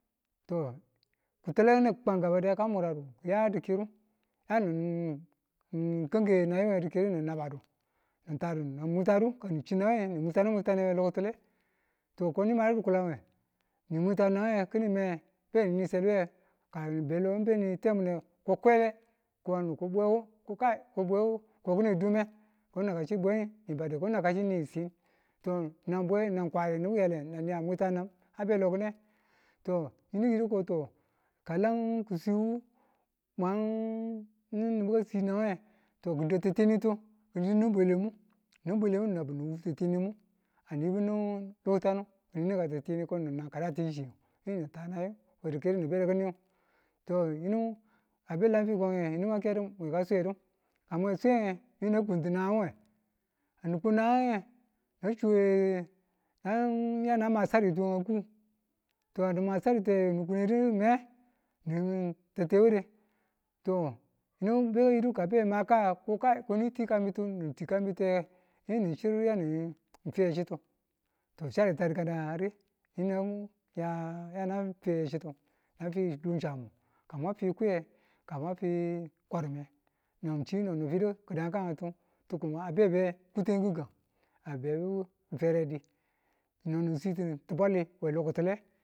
To kutalang ki̱ni̱n kwan ka murado ni ya di̱kiru yani kangke nayu we dikiru ni̱ babadu ni tadu ni mwitadu ka ni chiw nayi nge ni mwitadu mwitane we lo ki̱tule to koni madu di̱kulanwe ni mwita nayi kini me beni selibe ka nibe lo ben ni temune ko kwele ko ano ko bwewu ki̱ni dume ko nan kachibwe ni bade ko nan kachi ni chin to nan bwe na kware ni̱bu ki yare nan ni a mwita nam a belo kine to yinu yido ko to kalan ki̱swiwu mwan yinu ni̱bu ka si name to ki̱ dau titinitu ki̱ni ni̱n bwelemu yinu bwelemu nan bibu ni wu ti̱tinitung a nibunin lukutandu ki̱ni nan ka ti̱titu ko ni̱n na kadatichi ngu yinu ni ta naye we di̱kiru ni bediki̱nung to yinu a be a lan fikoge yinu mwan kedu mwe ka suwedu ka mwe swiyenge yinu na kuntu nagang we kani kun nagang nge na chuwe nan yana ma saritu we ku to kani ma saratu ni kunede me, ni tatte ware to yini beka yidu kabe a maka ko ka ni twi kambitu ni̱ twi kambitu nge yinu ni chiru yani fuye chitu to charitu a rigan a ri yinu yanan fiye chi̱tu na fi dum chambu ka mwe fu kwiye ka mwa fi kwadumge kwarime nan shi noni fidu ki̱dankan ngetu tukumbu a bebe kuten gi̱gan a bebu feredi no ni situ ti̱bwali we lokitule.